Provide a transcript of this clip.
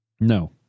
No